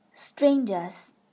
Strangers